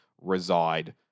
reside